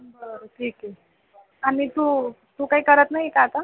बरं ठीक आहे आणि तू तू काही करत नाही आहे का आता